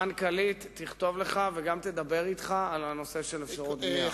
המנכ"לית תכתוב לך וגם תדבר אתך על הנושא של אפשרות בנייה.